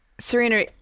Serena